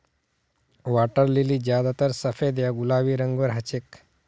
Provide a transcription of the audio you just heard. water lily ज्यादातर सफेद या गुलाबी रंगेर हछेक